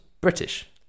British